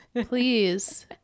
Please